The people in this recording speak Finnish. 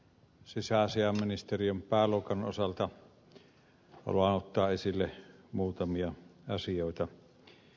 sisäasiainministeriön pääluokan osalta haluan ottaa esille muutamia asioita